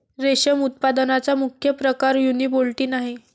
रेशम उत्पादनाचा मुख्य प्रकार युनिबोल्टिन आहे